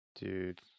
Dude